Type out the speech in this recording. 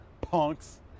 Punks